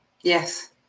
Yes